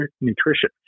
nutrition